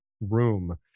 room